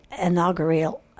inaugural